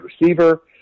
receiver